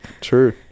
True